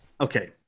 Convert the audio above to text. okay